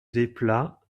desplats